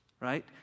right